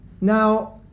Now